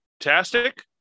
fantastic